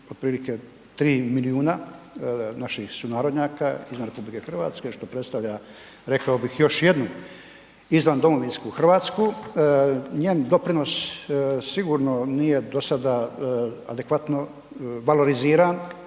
otprilike 3 milijuna naših sunarodnjaka izvan RH što predstavlja rekao bih, još jednu izvandomovinsku Hrvatsku, njen doprinos sigurno nije dosada adekvatno valoriziran,